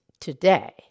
today